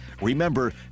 Remember